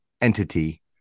entity